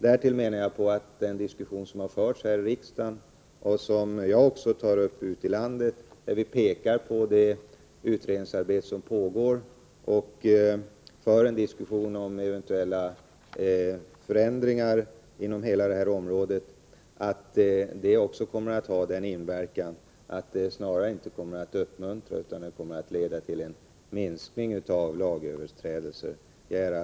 Därtill menar jag att den diskussion som har förts här i riksdagen, och som jag också tar upp ute i landet, där vi pekar på det utredningsarbete som pågår och för en diskussion om eventuella förändringar inom hela detta område, också kommer att ha den inverkan att det inte kommer att uppmuntra utan att det snarare kommer att leda till en minskning av lagöverträdelserna.